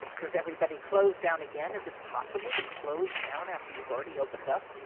does everybody close down again? is it possible to close down after you've already opened up?